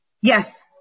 yes